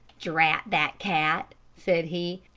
drat that cat! said he.